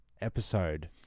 episode